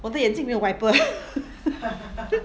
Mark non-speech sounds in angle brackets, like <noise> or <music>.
我的眼镜没有 wiper <laughs>